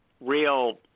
real